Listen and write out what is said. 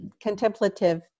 contemplative